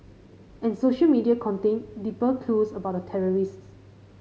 and social media contained deeper clues about the terrorists